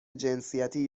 جنسیتی